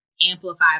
amplify